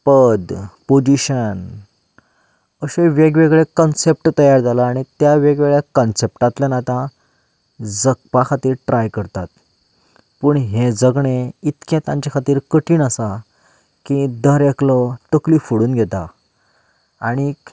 पद पदुशन अशे वेगवेगळे कनसेप्ट तयार जाल्या आनी त्या वेगवेगळ्या कन्सेप्टांतल्यान आतां जगपा खातीर ट्राय करता पूण हें जगणें इतकें तांचे खातीर कठीण आसा की दर एकलो तकली फोडून घेता आनी